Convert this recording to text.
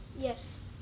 Yes